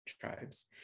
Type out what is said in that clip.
tribes